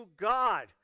God